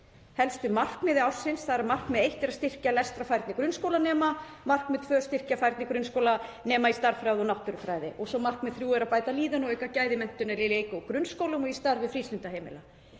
helstu markmið ársins alveg skýr. Markmið eitt er að styrkja lestrarfærni grunnskólanema, markmið tvö að styrkja færni grunnskólanema í stærðfræði og náttúrufræði og markmið þrjú er að bæta líðan og auka gæði menntunar í leik- og grunnskólum og í starfi frístundaheimila.